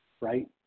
right